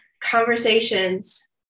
conversations